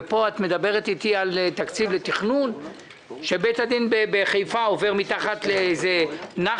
ופה את מדברת איתי על תקציב לתכנון כשבית הדין בחיפה עובר מתחת לנחל?